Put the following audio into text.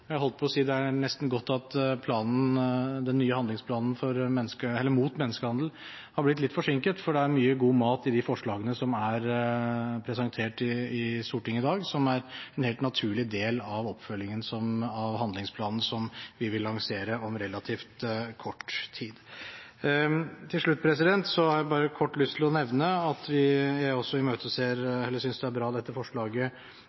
Jeg er ekstra begeistret for at denne saken behandles nå. Det er nesten godt at den nye handlingsplanen mot menneskehandel har blitt litt forsinket, for det er mye god mat i de forslagene som er presentert i Stortinget i dag, og som er en helt naturlig del av oppfølgingen av handlingsplanen som vi vil lansere om relativt kort tid. Til slutt har jeg kort lyst til å nevne at jeg også synes forslaget fra Senterpartiet er bra.